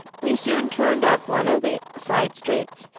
we soon turned up one of the side streets,